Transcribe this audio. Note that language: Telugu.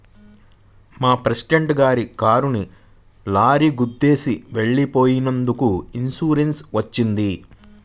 మా ప్రెసిడెంట్ గారి కారుని లారీ గుద్దేసి వెళ్ళిపోయినందుకు ఇన్సూరెన్స్ వచ్చింది